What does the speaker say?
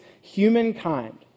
humankind